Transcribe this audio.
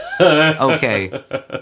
okay